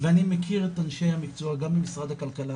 ואני מכיר את אנשי המקצוע גם ממשרד הכלכלה